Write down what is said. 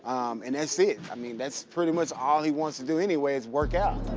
and that's it. i mean, that's pretty much all he wants to do anyway is work out.